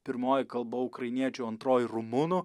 pirmoji kalba ukrainiečių antroji rumunų